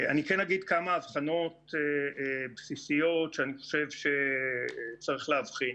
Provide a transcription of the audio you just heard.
אני כן אגיד כמה הבחנות בסיסיות שאני חושב שצריך להבחין.